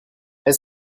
est